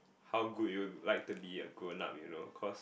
how good you like to be a grown up you know cause